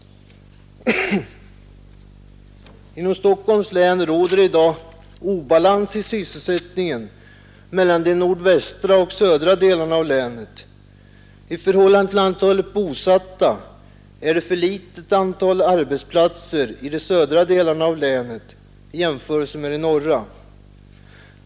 Inom Stockholms län råder i dag obalans i sysselsättningen mellan de nordvästra och de södra delarna av länet. I förhållande till antalet bosatta är antalet arbetsplatser för litet i de södra delarna av länet i jämförelse med de norra.